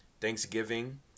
thanksgiving